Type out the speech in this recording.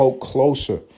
closer